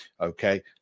okay